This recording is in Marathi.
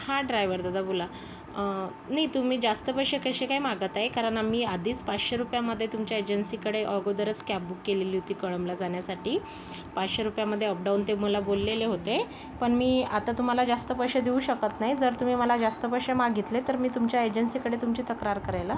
हा ड्रायवर दादा बोला नाही तुम्ही जास्त पैसे कसे काय मागत आहे कारण आम्ही आधीच पाचशे रुपयामधे तुमच्या एजन्सीकडे अगोदरच कॅब बुक केलेली होती कळंबला जाण्यासाठी पाचशे रुपयामधे अपडाऊन ते मला बोललेले होते पण मी आता तुम्हाला जास्त पैसे देऊ शकत नाही जर तुम्ही मला जास्त पैसे मागितले तर मी तुमच्या एजन्सीकडे तुमची तक्रार करेलअ